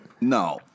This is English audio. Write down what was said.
No